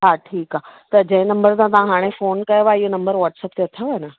हा ठीकु आहे त जंहिं नंबर सां तव्हां हाणे फोन कयो आहे इयो नंबर व्हाट्सेप ते अथव ना